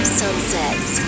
sunsets